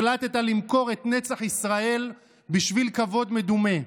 החלטת למכור את נצח ישראל בשביל כבוד מדומה.